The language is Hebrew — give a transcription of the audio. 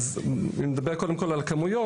אני מדבר קודם כל על כמות.